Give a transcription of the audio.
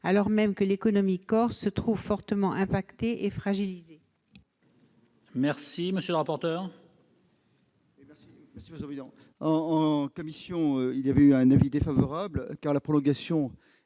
alors même que l'économie corse se trouve fortement impactée et fragilisée.